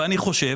אני חושב